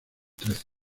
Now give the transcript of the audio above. trece